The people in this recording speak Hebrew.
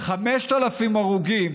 5,000 הרוגים